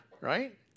right